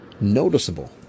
noticeable